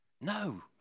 No